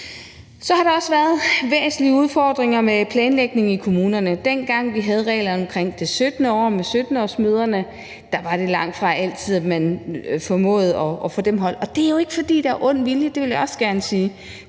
Så har der også været væsentlige udfordringer med planlægningen i kommunerne. Dengang vi havde regler omkring det 17. år, altså med 17-årsmøderne, var det langtfra altid, man formåede at få dem holdt, og det er jo ikke, fordi der er ond vilje; det vil jeg også gerne sige.